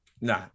No